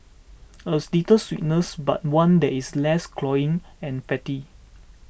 as little sweetness but one that is less cloying and fatty